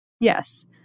Yes